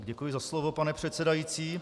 Děkuji za slovo, pane předsedající.